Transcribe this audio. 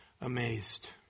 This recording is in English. amazed